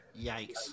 Yikes